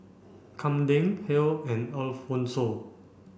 Kamden Hale and Alphonso